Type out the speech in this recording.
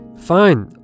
Fine